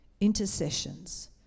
intercessions